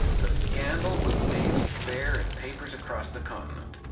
the scandal was daily fare in papers across the continent.